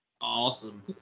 Awesome